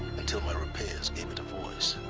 until my repairs gave it a voice